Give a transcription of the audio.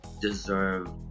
deserve